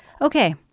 Okay